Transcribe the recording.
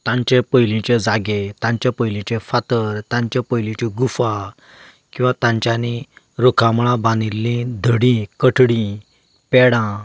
तांचे पयलींचे जागे तांचे पयलींचे फातर तांच्यो पयलींच्यो गुफा किंवा तांच्यांनी रुखामळां बांदिल्लीं धडीं कठडीं पेडां